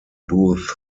booths